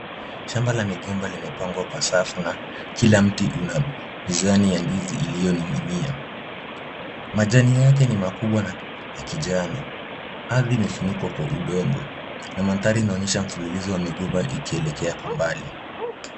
Shamba la migomba limepangwa kwa safu na kila mti una mizani ya ndizi iliyoning'inia. Majani yake ni makubwa na ya kijani, ardhi imefunikwa kwa udongo na mandhari inaonyesha mfululizo wa migomba ikielekea kwa mbali.